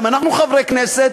גם אנחנו חברי כנסת,